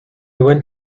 went